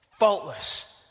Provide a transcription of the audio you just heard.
faultless